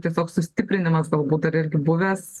tiesiog sustiprinimas galbūt dar irgi buvęs